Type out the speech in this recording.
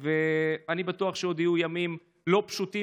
ואני בטוח שעוד יהיו ימים לא פשוטים